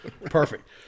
Perfect